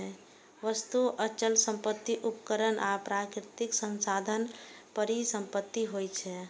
वस्तु, अचल संपत्ति, उपकरण आ प्राकृतिक संसाधन परिसंपत्ति होइ छै